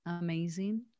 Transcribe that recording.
amazing